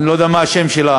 אני לא יודע מה השם שלה,